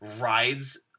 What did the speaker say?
rides